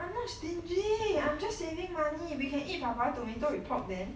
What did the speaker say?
I'm not stinging I'm just saving money we can eat 爸爸 tomato with pork then